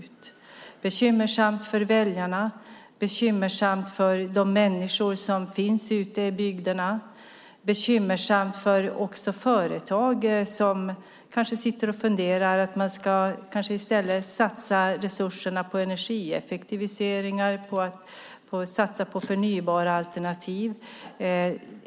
Det är bekymmersamt för väljarna, bekymmersamt för människor ute i bygderna och bekymmersamt också för företag som kanske funderar på om man i stället ska satsa resurserna på energieffektiviseringar och förnybara alternativ.